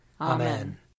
Amen